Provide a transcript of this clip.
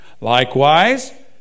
Likewise